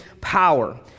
power